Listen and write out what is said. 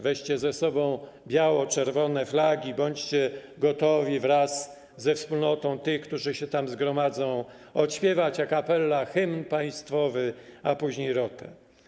Weźcie ze sobą biało-czerwone flagi, bądźcie gotowi wraz ze wspólnotą tych, którzy się tam zgromadzą, żeby odśpiewać a cappella hymn państwowy, a później „Rotę”